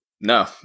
No